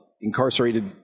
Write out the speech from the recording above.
incarcerated